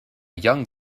young